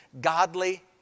godly